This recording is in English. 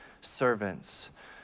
servants